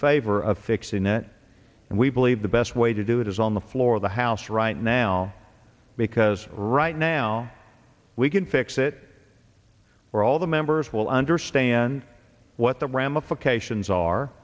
favor of fixing it and we believe the best way to do it is on the floor of the house right now because right now we can fix it or all the members will understand what the ramifications are